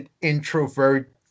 introvert